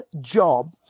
job